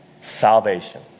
Salvation